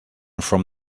from